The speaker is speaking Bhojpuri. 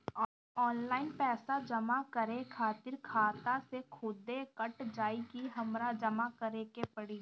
ऑनलाइन पैसा जमा करे खातिर खाता से खुदे कट जाई कि हमरा जमा करें के पड़ी?